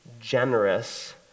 generous